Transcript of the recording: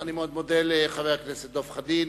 אני מאוד מודה לחבר הכנסת דב חנין.